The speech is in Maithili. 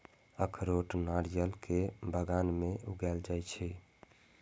अखरोट नारियल के बगान मे उगाएल जाइ छै